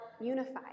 unified